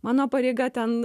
mano pareiga ten